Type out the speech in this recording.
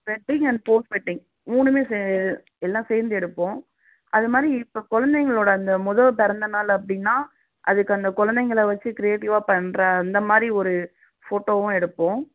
wedding and post wedding மூணுமே சே எல்லாம் சேர்ந்து எடுப்போம் அது மாதிரி இப்போ கொழந்தைங்களோட அந்த மொதல் பிறந்த நாள் அப்படினா அதுக்கு அந்த கொழந்தைங்கள வச்சு க்ரேட்டிவாக பண்ணுற அந்த மாதிரி ஒரு ஃபோட்டோவும் எடுப்போம்